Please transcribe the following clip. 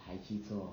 才去做